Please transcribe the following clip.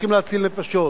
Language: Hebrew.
כשצריכים להציל נפשות?